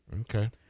Okay